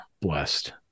blessed